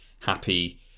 happy